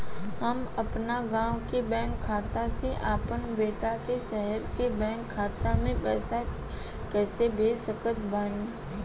हम अपना गाँव के बैंक खाता से अपना बेटा के शहर के बैंक खाता मे पैसा कैसे भेज सकत बानी?